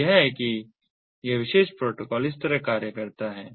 तो यह है कि यह विशेष प्रोटोकॉल इस तरह कार्य करता है